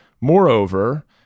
Moreover